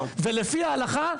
ולפי ההלכה,